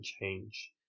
change